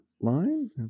line